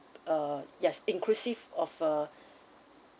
uh yes inclusive of a